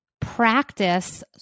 Practice